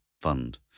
fund